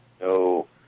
no